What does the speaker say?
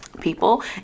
people